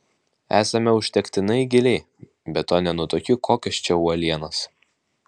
esame užtektinai giliai be to nenutuokiu kokios čia uolienos